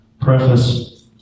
preface